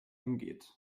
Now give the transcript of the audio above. umgeht